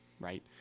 right